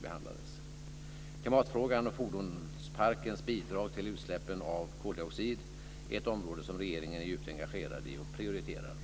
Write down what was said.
den Klimatfrågan och fordonsparkens bidrag till utsläppen av koldioxid är ett område som regeringen är djupt engagerad i och prioriterar.